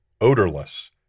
odorless